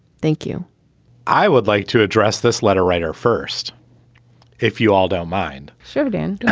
thank you i would like to address this letter writer first if you all don't mind, cheverton. yeah